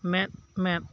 ᱢᱮᱫ ᱢᱮᱫ